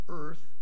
earth